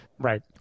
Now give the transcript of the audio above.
Right